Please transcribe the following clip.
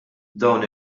dawn